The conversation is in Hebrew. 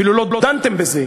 אפילו לא דנתם בזה.